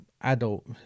adult